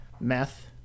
meth